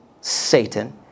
Satan